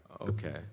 Okay